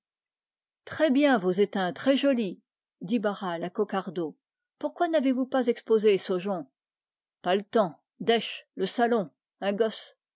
très bien vos étains très jolis dit barral à coquardeau pourquoi n'avez-vous pas exposé saujon pas le temps dèche le salon un gosse